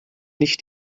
nicht